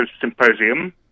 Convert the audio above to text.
Symposium